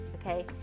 okay